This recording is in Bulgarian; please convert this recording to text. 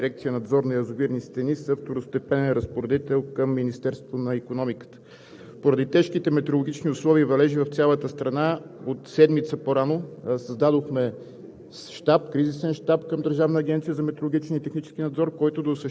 Държавната агенция за метрологичен и технически надзор, респективно Главна дирекция „Надзор на язовирни стени“ са второстепенен разпоредител към Министерството на икономиката. Поради тежките метеорологични условия и валежи в цялата страна от седмица по-рано създадохме